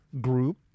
group